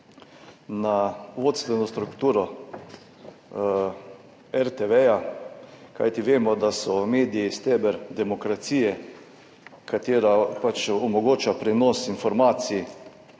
na vodstveno strukturo RTV, kajti vemo, da so mediji steber demokracije, ki omogočajo prenos informacij